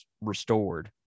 restored